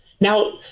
Now